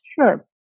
Sure